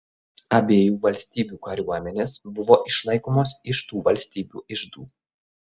abiejų valstybių kariuomenės buvo išlaikomos iš tų valstybių iždų